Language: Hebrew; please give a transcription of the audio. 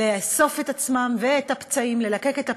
לאסוף את עצמם ואת הפצעים, ללקק את הפצעים,